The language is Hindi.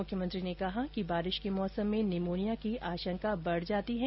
मुख्यमंत्री ने कहा कि बारिश के मौसम में निमोनिया की आशंका बढ़ जाती है